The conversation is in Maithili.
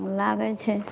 लागैत छै